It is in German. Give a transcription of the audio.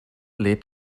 lädt